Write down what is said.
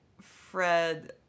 Fred